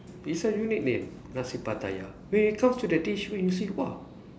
it's a unique name Nasi Pattaya when it comes to the dish when you see !wah!